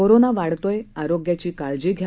corona वाढतोय आरोग्याची काळजी घ्या